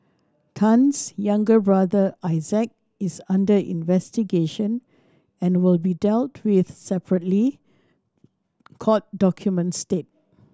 Tan's younger brother Isaac is under investigation and will be dealt with separately court documents state